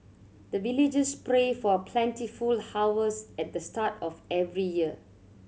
the villagers pray for plentiful harvest at the start of every year